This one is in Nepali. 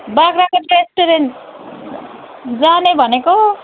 बाख्राकोट रेस्टुरेन्ट जाने भनेको